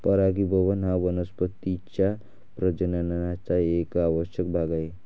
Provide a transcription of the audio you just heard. परागीभवन हा वनस्पतीं च्या प्रजननाचा एक आवश्यक भाग आहे